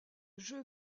jeu